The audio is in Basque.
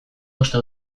uste